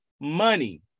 money